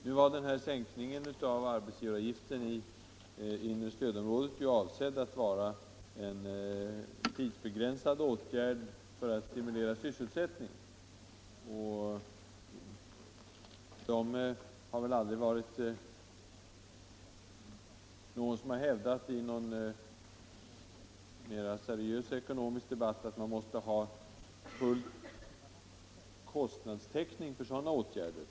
Nu var sänkningen av arbetsgivaravgiften i det inre stödområdet avsedd att vara en tidsbegränsad åtgärd för att stimulera sysselsättningen. Det är numera erkänt i den ekonomiska debatten att man inte behöver full kostnadstäckning för sådana åtgärder.